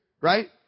right